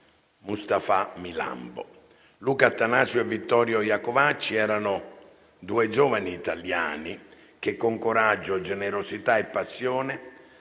Mustapha Milambo. Luca Attanasio e Vittorio Iacovacci erano due giovani italiani che, con coraggio, generosità e passione,